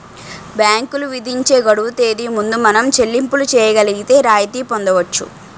బ్యాంకులు విధించే గడువు తేదీ ముందు మనం చెల్లింపులు చేయగలిగితే రాయితీ పొందవచ్చు